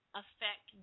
affect